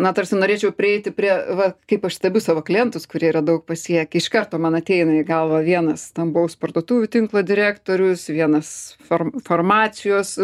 na tarsi norėčiau prieiti prie va kaip aš stebiu savo klientus kurie yra daug pasiekę iš karto man ateina į galvą vienas stambaus parduotuvių tinklo direktorius vienas farm farmacijos